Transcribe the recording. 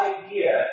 idea